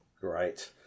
Great